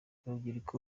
urubyiruko